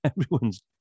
Everyone's